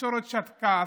והתקשורת שתקה.